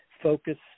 focus